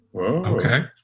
Okay